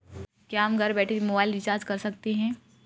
क्या हम घर बैठे मोबाइल रिचार्ज कर सकते हैं?